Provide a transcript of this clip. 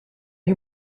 you